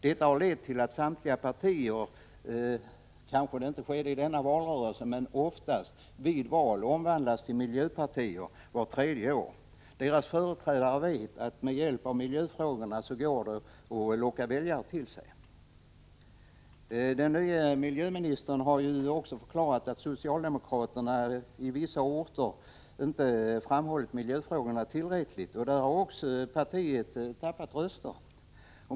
Detta har lett till att samtliga partier — kanske inte i denna valrörelse, men det sker ofta — omvandlas till miljöpartier vart trejde år. Deras företrädare vet att det med hjälp av miljöfrågorna går att locka väljare till sig. Den nye miljöministern har förklarat att socialdemokraterna i vissa orter inte framhållit miljöfrågorna tillräckligt, och i dessa orter har partiet förlorat röster.